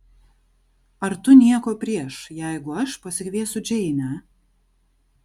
ar tu nieko prieš jeigu aš pasikviesiu džeinę